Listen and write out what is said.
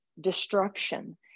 destruction